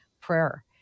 prayer